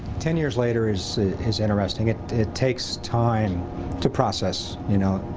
ten years later is is interesting. it it takes time to process, you know,